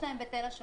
גם יש לה בתל השומר.